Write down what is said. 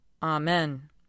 Amen